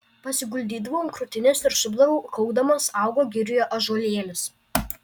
pasiguldydavau ant krūtinės ir supdavau kaukdamas augo girioje ąžuolėlis